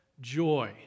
joy